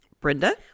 brenda